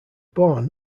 born